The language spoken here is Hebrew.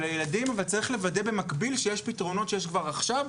הילדים אבל צריך לוודא במקביל שיש פתרונות שיש כבר עכשיו,